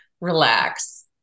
relax